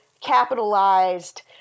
capitalized